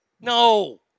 No